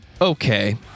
Okay